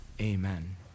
Amen